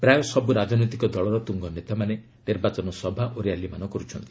ପ୍ରାୟ ସବୁ ରାଜନୈତିକ ଦଳର ତୁଙ୍ଗ ନେତାମାନେ ନିର୍ବାଚନ ସଭା ଓ ରାଲି ମାନ କରୁଛନ୍ତି